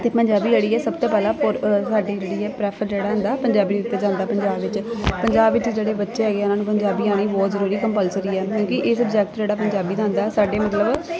ਅਤੇ ਪੰਜਾਬੀ ਜਿਹੜੀ ਹੈ ਸਭ ਤੋਂ ਪਹਿਲਾਂ ਪੋਟ ਸਾਡੀ ਜਿਹੜੀ ਹੈ ਪ੍ਰੈਫਰ ਜਿਹੜਾ ਹੁੰਦਾ ਪੰਜਾਬੀ ਪੰਜਾਬ ਵਿੱਚ ਪੰਜਾਬ ਵਿੱਚ ਜਿਹੜੇ ਬੱਚੇ ਹੈਗੇ ਹੈ ਉਹਨਾਂ ਨੂੰ ਪੰਜਾਬੀ ਆਉਣੀ ਬਹੁਤ ਜ਼ਰੂਰੀ ਕੰਪਲਸਰੀ ਆ ਕਿਉਂਕਿ ਇਹ ਸਬਜੈਕਟ ਜਿਹੜਾ ਪੰਜਾਬੀ ਦਾ ਹੁੰਦਾ ਸਾਡੇ ਮਤਲਬ